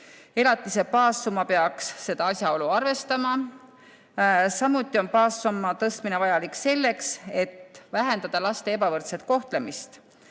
Elatise baassumma peaks seda asjaolu arvestama. Samuti on baassumma tõstmine vajalik selleks, et vähendada laste ebavõrdset kohtlemist.